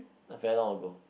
very long ago